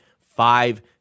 five